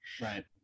Right